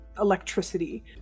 electricity